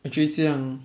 actually 这样